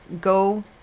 go